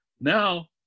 Now